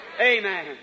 Amen